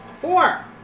Four